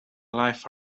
life